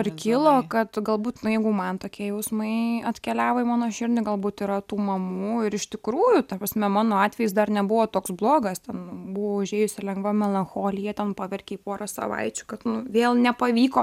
ir kilo kad galbūt na jeigu man tokie jausmai atkeliavo į mano širdį galbūt yra tų mamų ir iš tikrųjų ta prasme mano atvejis dar nebuvo toks blogas ten bu užėjusi lengva melancholija ten paverkei porą savaičių kad nu vėl nepavyko